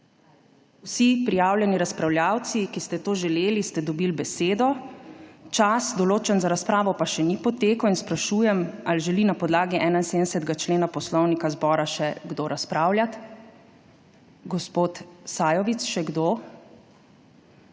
Vsi prijavljeni razpravljavci, ki ste to želeli, ste dobili besedo. Čas, določen za razpravo, pa še ni potekel. Sprašujem, ali želi na podlagi 71. člena Poslovnika Državnega zbora še kdo razpravljati. Gospod Sajovic. Še kdo?